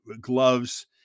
gloves